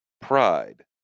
pride